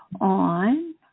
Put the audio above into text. on